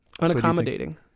Unaccommodating